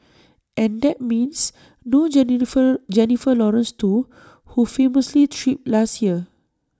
and that means no Jennifer Lawrence too who famously tripped last year